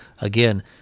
Again